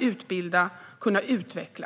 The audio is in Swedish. utbilda och utveckla.